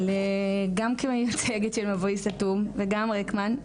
אבל גם כמייצגת של מבוי סתום וגם רקמן,